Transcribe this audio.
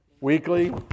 Weekly